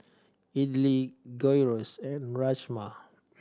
Idili Gyros and Rajma